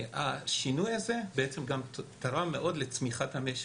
השינוי הזה גם תרם מאוד לצמיחת המשק.